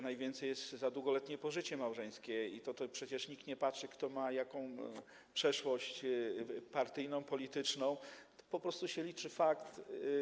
Najwięcej jest ich za długoletnie pożycie małżeńskie i tu przecież nikt nie patrzy, kto ma jaką przeszłość partyjną, polityczną, po prostu liczy się fakt.